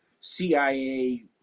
cia